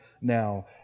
now